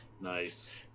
nice